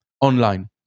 online